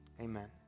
Amen